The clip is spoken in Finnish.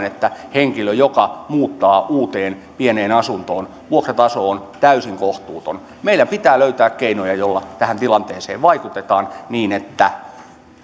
että henkilöllä joka muuttaa uuteen pieneen asuntoon vuokrataso on täysin kohtuuton meidän pitää löytää keinoja joilla tähän tilanteeseen vaikutetaan niin että